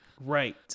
right